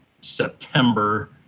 September